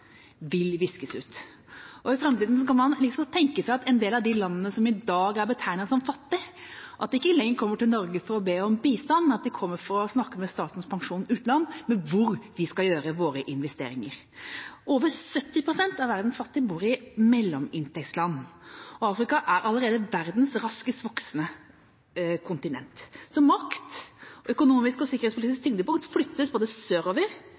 vil viskes ut. I framtida kan man likså godt tenke seg at den del av de landene som i dag er betegnet som fattige, ikke lenger komme til Norge for å be om bistand, men at de kommer for å snakke med Statens pensjonsfond utland om hvor vi skal gjøre våre investeringer. Over 70 pst. av verdens fattige bor i mellominntektsland, og Afrika er allerede verdens raskest voksende kontinent økonomisk sett. Så makt – økonomisk og sikkerhetspolitisk tyngdepunkt – flyttes både sørover og